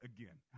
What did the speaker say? Again